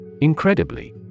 Incredibly